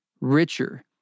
richer